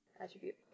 attribute